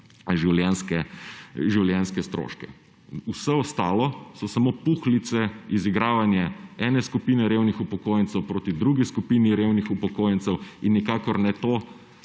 življenjske stroške. Vse ostalo so samo puhlice, izigravanje ene skupine revnih upokojencev proti drugi skupini revnih upokojencev in nikakor ne to,